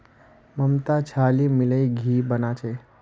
ममता छाली मिलइ घी बना छ